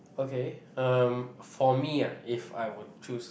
okay um for me ah if I would choose